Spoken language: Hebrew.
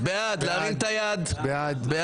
אני רק רוצה לומר מילה,